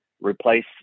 replace